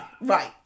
Right